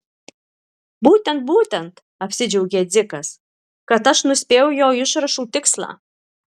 būtent būtent apsidžiaugė dzikas kad aš nuspėjau jo išrašų tikslą